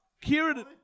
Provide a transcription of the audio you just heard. Kieran